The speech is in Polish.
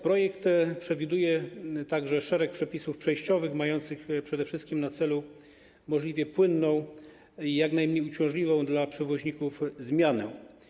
Projekt przewiduje także szereg przepisów przejściowych mających przede wszystkim na celu możliwie płynną i jak najmniej uciążliwą dla przewoźników zmianę.